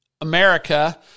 America